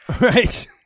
Right